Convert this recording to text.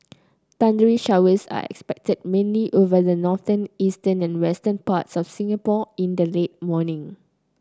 thundery showers are expected mainly over the northern eastern and western parts of Singapore in the late morning